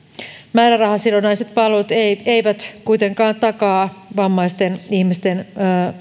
määrärahasidonnaiset palvelut eivät eivät kuitenkaan takaa vammaisten ihmisten